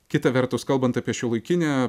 kita vertus kalbant apie šiuolaikinę